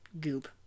goop